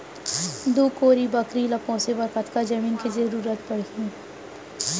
दू कोरी बकरी ला पोसे बर कतका जमीन के जरूरत पढही?